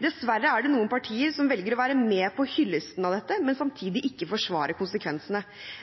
Dessverre er det noen partier som velger å være med på hyllesten av dette, men samtidig ikke forsvarer konsekvensene.